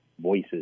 voices